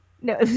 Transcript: No